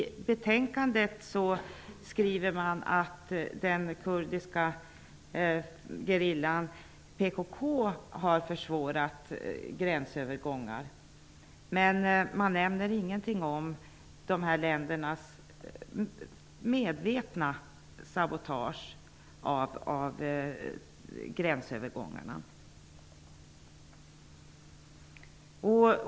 I betänkandet skriver man att den kurdiska gerillan PKK har försvårat gränsövergångarna, men man nämner ingenting om dessa länders medvetna sabotage av gränsövergångarna.